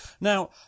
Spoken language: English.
Now